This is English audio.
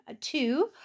two